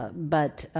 ah but